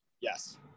Yes